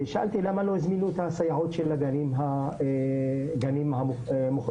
ושאלתי למה לא הזמינו את הסייעות של הגנים המוכשרים,